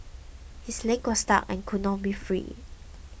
his leg was stuck and couldn't be freed